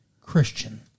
Christian